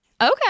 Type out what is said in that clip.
Okay